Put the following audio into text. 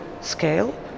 scale